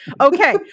Okay